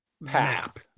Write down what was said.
map